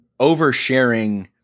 oversharing